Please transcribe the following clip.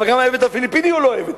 אבל גם העבד הפיליפיני הוא לא עבד.